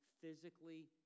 physically